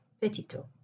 Petito